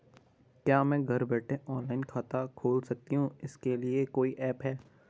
क्या मैं घर बैठे ऑनलाइन खाता खोल सकती हूँ इसके लिए कोई ऐप है?